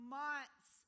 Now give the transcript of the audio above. months